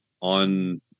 on